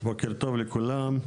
בוקר טוב לכולם.